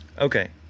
okay